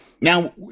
Now